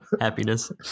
happiness